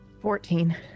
Fourteen